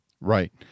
Right